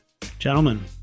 gentlemen